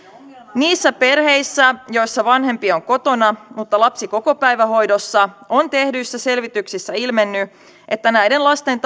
niissä perheissä joissa vanhempi on kotona mutta lapsi kokopäivähoidossa on tehdyissä selvityksissä ilmennyt että näiden lasten